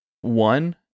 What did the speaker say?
One